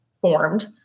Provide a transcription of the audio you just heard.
formed